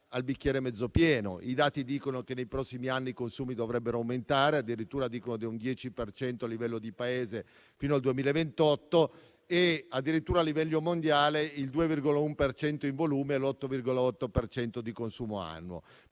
al bicchiere mezzo pieno: i dati dicono che nei prossimi anni i consumi dovrebbero aumentare, addirittura dicono di un 10 per cento a livello di Paese fino al 2028 e addirittura a livello mondiale, del 2,1 per cento in volume e dell'8,8 per cento nel